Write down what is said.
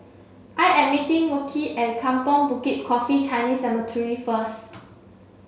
I am meeting Wilkie at Kampong Bukit Coffee Chinese Cemetery first